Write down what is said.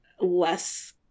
less